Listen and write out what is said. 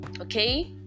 Okay